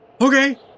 Okay